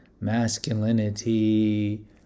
masculinity